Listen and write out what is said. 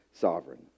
Sovereign